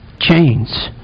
Chains